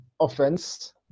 offense